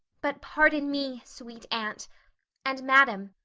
but pardon me, sweet aunt and, madam,